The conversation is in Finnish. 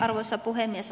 arvoisa puhemies